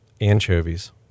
Anchovies